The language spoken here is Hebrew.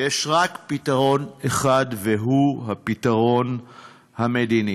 יש רק פתרון אחד, והוא הפתרון המדיני.